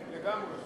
השתיקו אותי.